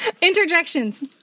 Interjections